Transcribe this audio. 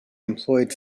employed